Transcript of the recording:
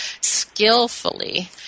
skillfully